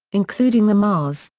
including the mars,